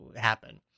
happen